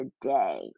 today